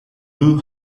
blew